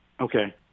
Okay